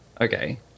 Okay